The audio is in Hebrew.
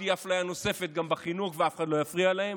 ושתהיה אפליה נוספת גם בחינוך ואף אחד לא יפריע להם,